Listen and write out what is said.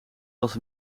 was